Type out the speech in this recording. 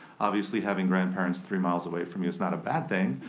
obviously having grandparents three miles away from you is not a bad thing.